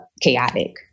chaotic